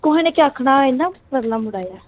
कुसै केह् आक्खना इन्ना पतला मुढ़ा ऐ